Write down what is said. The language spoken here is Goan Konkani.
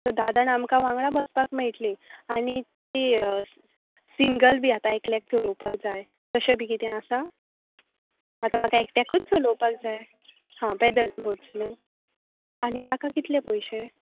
सो धा जाणा आमकां वांगडा बसपाक मेयटलीं आनी ती सिंगल बी आतां एकल्याक चलोवपाक जाय तशें बी कितें आसा आतां म्हाका एकट्याकूच चलोवपाक जाय हां पेदल बोट न्ही आनी ताका कितले पयशे